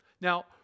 Now